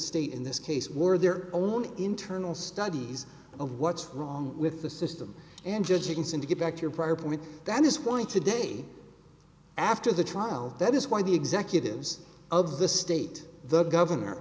state in this case were their own internal studies of what's wrong with the system and judging him to get back to your prior point that is going today after the trial that is why the executives of the state the governor